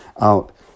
out